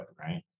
right